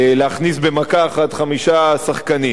להכניס במכה אחת חמישה שחקנים.